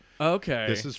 Okay